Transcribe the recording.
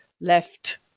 left